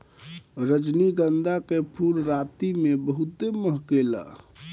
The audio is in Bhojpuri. रजनीगंधा के फूल राती में बहुते महके ला